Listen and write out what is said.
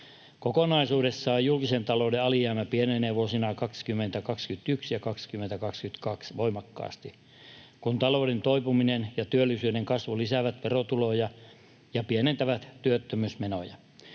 Kokonaisuudessaan julkisen talouden alijäämä pienenee vuosina 2021 ja 2022 voimakkaasti, kun talouden toipuminen ja työllisyyden kasvu lisäävät verotuloja ja pienentävät työttömyysmenoja.